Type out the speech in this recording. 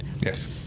Yes